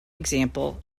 example